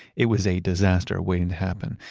it was a disaster waiting to happen.